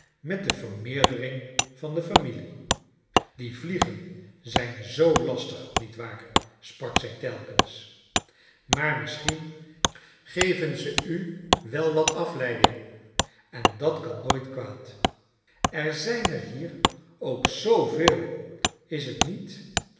met de vermeerdering van de familie die vliegen zijn zoo lastig nietwaar sprak zg telkens maar misschien geven ze u wel wat afleiding en dat kan nooit kwaad er zijn er hier ook zoo veel is t niet